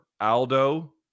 Aldo